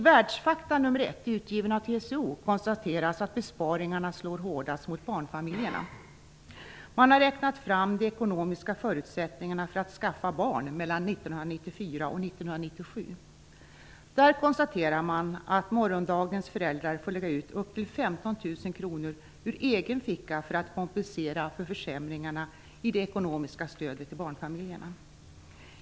I Välfärdsfakta nr 1, utgiven av TCO, konstateras att besparingarna slår hårdast mot barnfamiljerna. Man har räknat fram de ekonomiska förutsättningarna för att skaffa barn mellan 1994 och 1997. Man konstaterar att morgondagens föräldrar får lägga ut upp till 15 000 kr ur egen ficka för att kompensera för försämringarna i det ekonomiska stödet till barnfamiljerna.